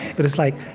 but it's like,